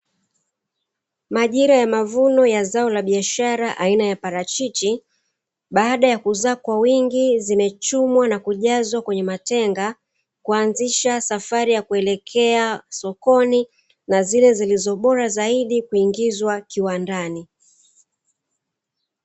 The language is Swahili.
Majira ya mavuno ya zao la biashara aina ya parachichi baada ya kuzaa kwa wingi zimechumwa na kujazwa kwenye matenga, kuanzisha safari ya kuelekea sokoni na zile zilizobora zaidi kuingizwa kiwandani.